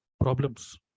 problems